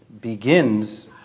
begins